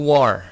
War